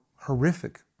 horrific